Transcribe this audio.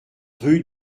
rue